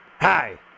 Hi